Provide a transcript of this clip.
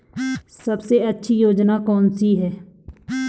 सबसे अच्छी योजना कोनसी है?